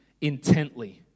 intently